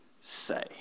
say